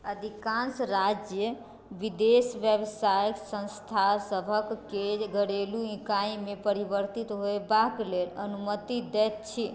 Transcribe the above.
अधिकाँश राज्य विदेशी व्यवसाय सँस्थासभक घरेलू इकाइमे परिवर्तित होएबाक लेल अनुमति दैत छी